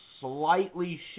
slightly